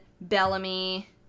Bellamy